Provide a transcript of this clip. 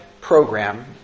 program